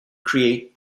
create